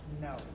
No